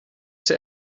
sie